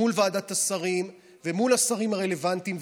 מול ועדת השרים ומול השרים הרלוונטיים,